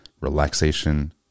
relaxation